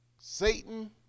Satan